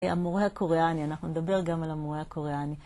המורה הקוריאני, אנחנו נדבר גם על המורה הקוריאני.